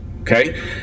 okay